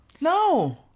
No